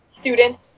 students